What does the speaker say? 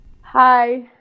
Hi